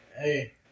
Hey